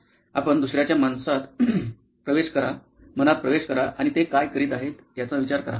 आपण दुसर्याच्या मानसात प्रवेश करा आणि ते काय करीत आहेत याचा विचार करा